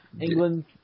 England